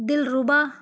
دل ربا